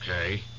Okay